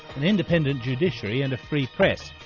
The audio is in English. an independent judiciary and a free press,